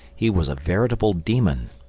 he was a veritable demon.